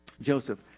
Joseph